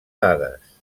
dades